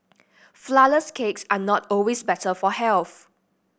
flourless cakes are not always better for health